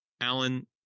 Alan